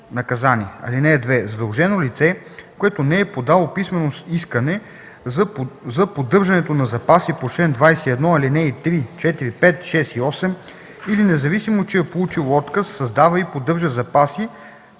(2) Задължено лице, което не е подало писмено искане за поддържането на запаси по чл. 21, ал. 3, 4, 5, 6 и 8 или независимо че е получило отказ, създава и поддържа запаси,